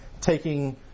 taking